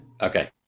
okay